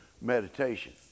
meditation